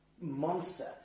monster